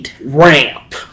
Ramp